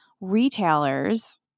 retailers